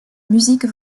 musique